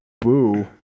Boo